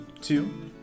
Two